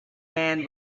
man